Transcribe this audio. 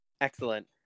Excellent